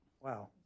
Wow